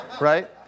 Right